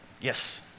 yes